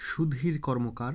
Sudhir Karmakar